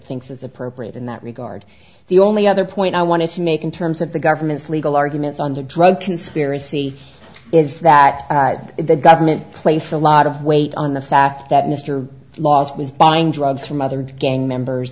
thinks is appropriate in that regard the only other point i wanted to make in terms of the government's legal arguments on the drug conspiracy is that the government placed a lot of weight on the fact that mr laws was buying drugs from other gang members